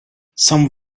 some